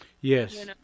Yes